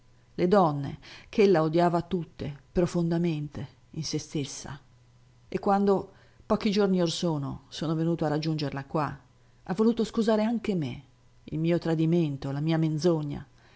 le donne che ella odiava tutte profondamente in sé stessa e quando pochi giorni or sono sono venuto a raggiungerla qua ha voluto scusare anche me il mio tradimento la mia menzogna